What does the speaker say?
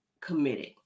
committed